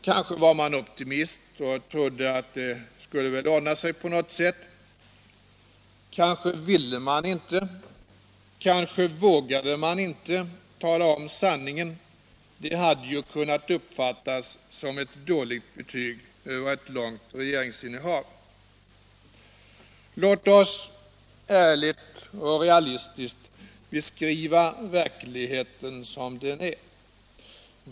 Kanske var man optimist och trodde att det skulle ordna sig på något sätt. Kanske ville man inte eller vågade man inte tala om sanningen. Det hade ju kunnat uppfattas som ett dåligt betyg över ett långt regeringsinnehav. Låt oss ärligt och realistiskt beskriva verkligheten som den är.